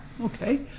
Okay